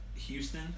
Houston